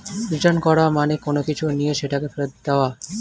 return করা মানে কোনো কিছু নিয়ে সেটাকে ফেরত দিয়ে দেওয়া